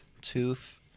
tooth